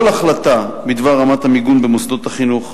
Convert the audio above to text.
כל החלטה בדבר רמת המיגון במוסדות החינוך,